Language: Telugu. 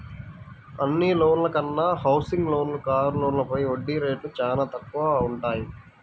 అన్ని లోన్ల కన్నా హౌసింగ్ లోన్లు, కారు లోన్లపైన వడ్డీ రేట్లు చానా తక్కువగా వుంటయ్యి